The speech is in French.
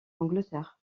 angleterre